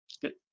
Good